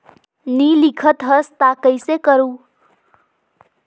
नी लिखत हस ता कइसे करू?